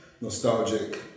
nostalgic